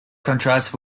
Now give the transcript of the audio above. contrast